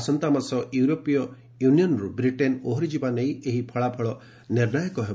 ଆସନ୍ତାମାସ ୟୁରୋପୀୟ ୟୁନିୟନ୍ରୁ ବ୍ରିଟେନ୍ ଓହରିଯିବା ନେଇ ଏହି ଫଳାଫଳ ନିର୍ଣ୍ଣାୟକ ହେବ